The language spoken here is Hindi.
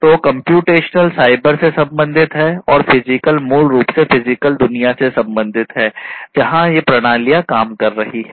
तो कम्प्यूटेशनल साइबर से संबंधित है और फिजिकल मूल रूप से फिजिकल दुनिया से संबंधित है जहां ये प्रणालियाँ काम कर रही है